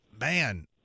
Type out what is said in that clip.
Man